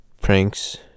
pranks